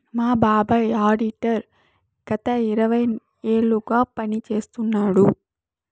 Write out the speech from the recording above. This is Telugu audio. మా బాబాయ్ ఆడిటర్ గత ఇరవై ఏళ్లుగా పని చేస్తున్నాడు